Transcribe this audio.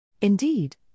Indeed